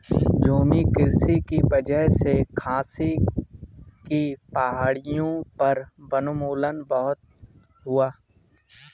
झूमिंग कृषि की वजह से खासी की पहाड़ियों पर वनोन्मूलन बहुत हुआ है